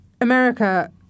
America